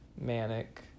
manic